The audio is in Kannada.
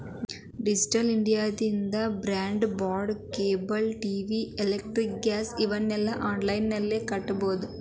ಡಿಜಿಟಲ್ ಇಂಡಿಯಾದಿಂದ broadband cable TV gas electricity gas ಇವೆಲ್ಲಾ ಬಿಲ್ನ ಆನ್ಲೈನ್ ನಲ್ಲಿ ಕಟ್ಟಬೊದು